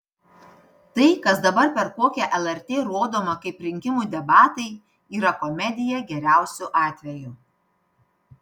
tai kas dabar per kokią lrt rodoma kaip rinkimų debatai yra komedija geriausiu atveju